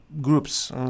groups